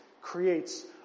creates